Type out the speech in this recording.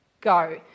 go